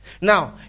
Now